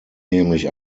nämlich